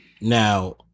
Now